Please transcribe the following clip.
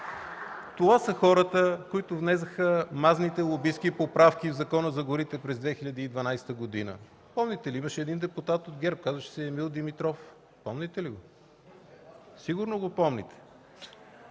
Това са хората, които внесоха мазните лобистки поправки в Закона за горите през 2012 г. Помните ли – имаше един депутат от ГЕРБ, казваше се Емил Димитров? Помните ли го? Сигурно го помните.